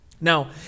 Now